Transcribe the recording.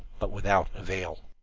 but without avail.